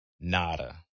nada